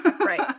right